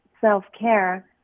self-care